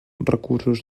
recursos